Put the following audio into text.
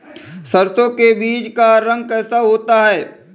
सरसों के बीज का रंग कैसा होता है?